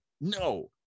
no